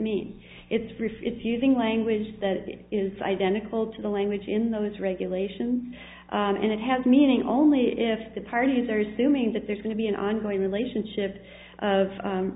mean it's refusing language that is identical to the language in those regulations and it has meaning only if the parties are assuming that there's going to be an ongoing relationship of